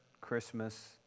Christmas